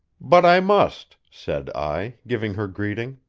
but i must, said i, giving her greeting.